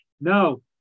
No